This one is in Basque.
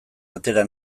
atera